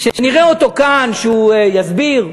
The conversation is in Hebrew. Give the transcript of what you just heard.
שנראה אותו כאן, שהוא יסביר,